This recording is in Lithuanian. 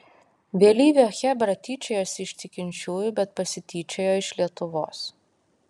vėlyvio chebra tyčiojosi iš tikinčiųjų bet pasityčiojo iš lietuvos